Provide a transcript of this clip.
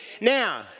Now